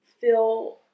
feel